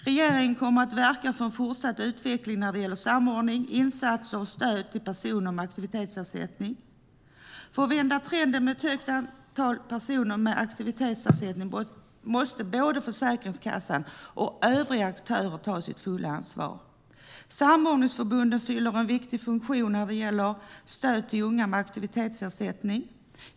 Regeringen kommer att verka för en fortsatt utveckling när det gäller samordning, insatser och stöd till personer med aktivitetsersättning. För att vända trenden med ett stort antal personer med aktivitetsersättning måste både Försäkringskassan och övriga aktörer ta sitt fulla ansvar. Samordningsförbunden fyller en viktig funktion när det gäller stöd till unga med aktivitetsersättning.